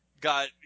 got